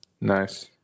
Nice